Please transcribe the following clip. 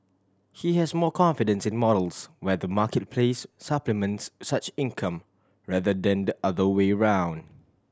he has more confidence in models where the marketplace supplements such income rather than the other way around